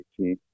18